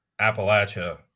Appalachia